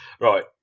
Right